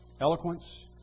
eloquence